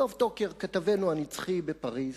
יואב טוקר, כתבנו הנצחי בפריס.